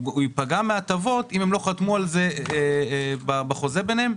הוא ייפגע מההטבות אם הם לא חתמו על זה בחוזה ביניהם.